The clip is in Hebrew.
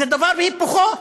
זה דבר והיפוכו,